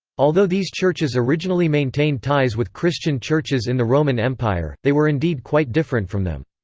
although these churches originally maintained ties with christian churches in the roman empire, they were indeed quite different from them.